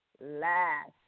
last